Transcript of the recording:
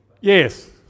Yes